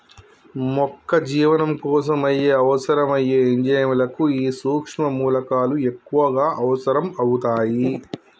మొక్క జీవనం కోసం అవసరం అయ్యే ఎంజైముల కు ఈ సుక్ష్మ మూలకాలు ఎక్కువగా అవసరం అవుతాయి